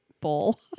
bowl